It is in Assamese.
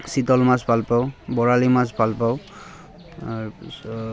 চিতল মাছ ভাল পাওঁ বৰালি মাছ ভাল পাওঁ তাৰপিছত